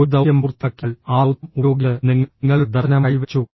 ഒരു ദൌത്യം പൂർത്തിയാക്കിയാൽ ആ ദൌത്യം ഉപയോഗിച്ച് നിങ്ങൾ നിങ്ങളുടെ ദർശനം കൈവരിച്ചു